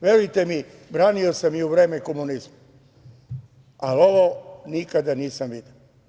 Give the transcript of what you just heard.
Verujte mi, branio sam i u vreme komunizma, ali ovo nikada nisam video.